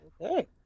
Okay